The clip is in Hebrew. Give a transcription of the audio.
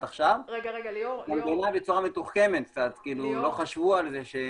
בצורה מתוחכמת קצת בעיניי.